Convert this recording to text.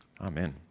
Amen